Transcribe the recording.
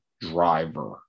driver